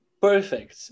perfect